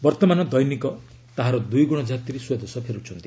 ବର୍ତ୍ତମାନ ଦଦିନିକ ତାହାର ଦୁଇଗୁଣ ଯାତ୍ରୀ ସ୍ୱଦେଶ ଫେରୁଛନ୍ତି